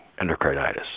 endocarditis